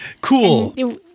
Cool